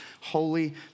holy